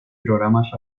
programas